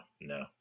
no